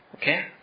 Okay